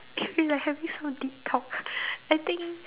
eh we like having some deep talk I think